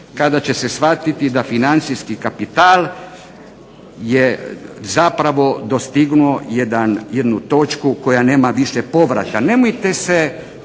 kada će se shvatiti da financijski kapital je zapravo dostignuo jednu točku koja nema više povrata. Nemojte se